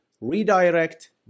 redirect